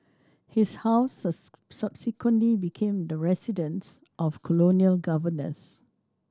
his house subsequently became the residence of colonial governors